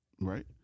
right